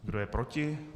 Kdo je proti?